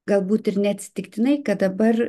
galbūt ir neatsitiktinai kad dabar